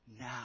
now